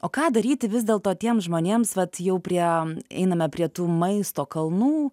o ką daryti vis dėlto tiems žmonėms vat jau prie einame prie tų maisto kalnų